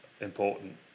important